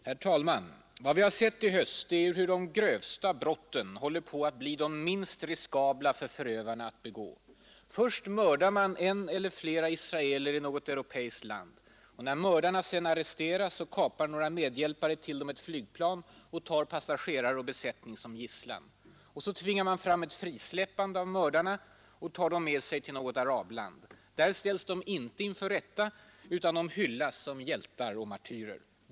Herr talman! Vad ett i höst är hur de grövsta brotten håller på att bli de minst riskabla för förövarna att begå. Först mördar man en eller flera israeler i något europeiskt land. När mördarna sedan arresteras kapar några medhjälpare till dem ett flygplan och tar passagerare och besättning som gisslan. Så tvingar man fram ett frisläppande av mördarna och tar dem med sig till något arabland. Där ställs de inte inför rätta utan hyllas som hjältar och martyrer.